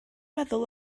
meddwl